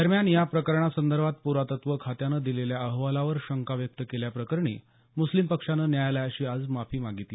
दरम्यान या प्रकरणासंदर्भात प्रातत्व खात्यानं दिलेल्या अहवालावर शंका व्यक्त केल्याप्रकरणी मुस्लीम पक्षानं न्यायालयाची आज माफी मागितली